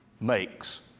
makes